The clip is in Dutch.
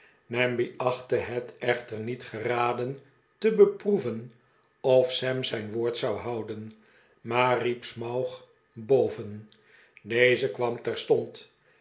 namby achtte het echter niet geraden te beproeven of sam zijn woord zou houden maar riep smouch boven deze kwam terstond